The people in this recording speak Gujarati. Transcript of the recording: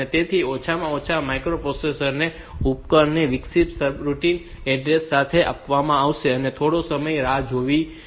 તેથી ઓછામાં ઓછા માઇક્રોપ્રોસેસર ને ઉપકરણને વિક્ષેપિત સર્વિસ રૂટિન એડ્રેસ સાથે આવવા માટે થોડો સમય રાહ જોવી પડશે